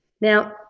Now